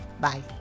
bye